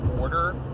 order